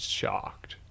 shocked